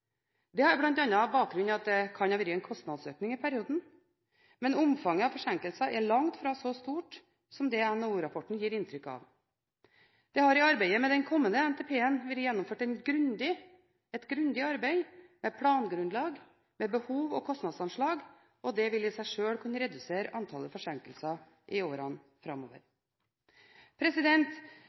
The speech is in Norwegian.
Det har bl.a. bakgrunn i at det kan ha vært en kostnadsøkning i perioden. Men omfanget av forsinkelser er langt fra så stort som det NHO-rapporten gir inntrykk av. Det har i arbeidet med den kommende NTP-en vært gjennomført et grundig arbeid, med plangrunnlag og behov- og kostnadsanslag, og det vil i seg sjøl kunne redusere antallet forsinkelser i årene